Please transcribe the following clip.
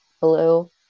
blue